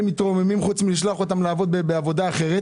מתרוממים חוץ מלשלוח אותם לעבוד בעבודה אחרת